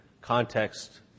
context